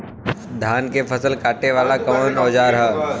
धान के फसल कांटे वाला कवन औजार ह?